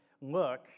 look